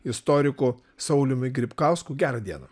istoriku sauliumi grybkausku gerą dieną